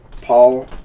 Paul